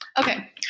Okay